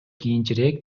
кийинчерээк